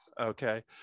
okay